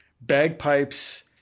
bagpipes